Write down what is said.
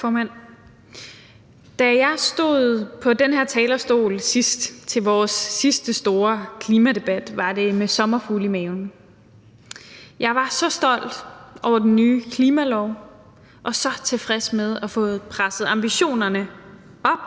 Da jeg sidst stod på den her talerstol under vores sidste store klimadebat, var det med sommerfugle i maven. Jeg var så stolt over den nye klimalov og så tilfreds med at have fået presset ambitionerne op,